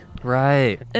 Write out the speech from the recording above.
Right